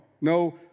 No